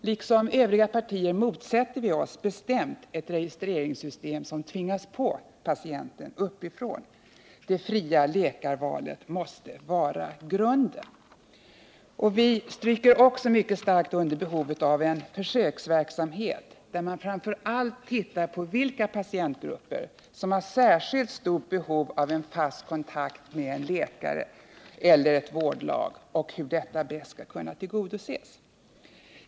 Liksom övriga partier motsätter vi oss bestämt ett registreringssystem som tvingas på patienten uppifrån. Det fria läkarvalet måste vara grunden. Vi stryker också mycket starkt under behovet av en försöksverksamhet, där man framför allt uppmärksammar vilka patientgrupper som har särskilt stort behov av en fast kontakt med en läkare eller ett vårdlag och där man undersöker hur detta behov bäst skall kunna tillgodoses.